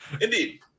Indeed